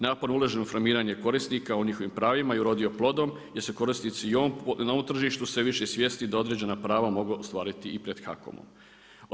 Naporno … formiranje korisnika, o njihovim pravima je urodio plodom gdje su korisnici i na ovom tržištu sve više svjesni da određena prava mogu ostvariti i pred HAKOM-om.